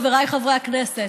חבריי חברי הכנסת,